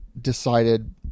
decided